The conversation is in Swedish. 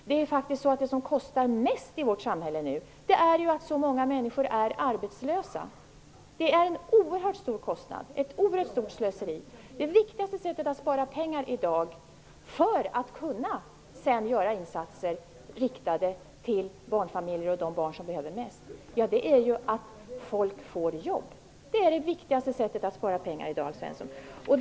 Det som kostar mest i vårt samhälle nu är faktiskt det faktum att så många människor är arbetslösa. Det är en oerhört stor kostnad, ett oerhört stort slöseri. Det viktigaste sättet att spara pengar i dag, för att senare kunna göra insatser riktade till barnfamiljer och de barn som har störst behov av sådana insatser, är att se till att folk får jobb. Det är det viktigaste sättet att spara pengar i dag, Alf Svensson.